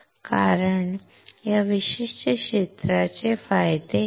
पण या विशिष्ट क्षेत्राचे काय